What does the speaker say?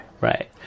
Right